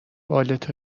بالت